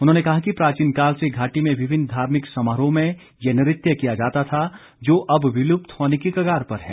उन्होंने कहा कि प्राचीन काल से घाटी में विभिन्न धार्मिक समारोहों में ये नृत्य किया जाता था जो अब विलुप्त होने की कगार पर है